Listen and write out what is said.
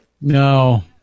no